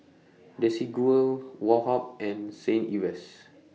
Desigual Woh Hup and Saint Ives